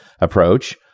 approach